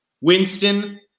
Winston